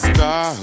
Star